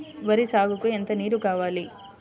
వరి సాగుకు ఎంత నీరు కావాలి?